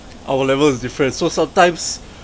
our level is different so sometimes